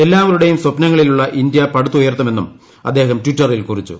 എല്ലാവരുടേയും സ്വപ്നങ്ങളിലുള്ള ഇന്ത്യ പടുത്തുയർത്തുമെന്നും അദ്ദേഹം ട്ടിറ്ററിൽ കുറിച്ചു